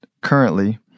currently